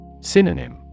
Synonym